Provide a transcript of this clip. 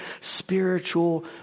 spiritual